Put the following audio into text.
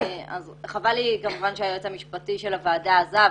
חבל לי שהיועץ המשפטי של הוועדה עזב,